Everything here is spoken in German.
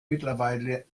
mittlerweile